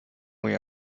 voy